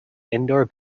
indoor